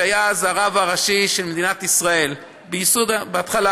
שהיה אז הרב הראשי של מדינת ישראל, בהתחלה.